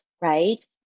Right